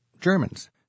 Germans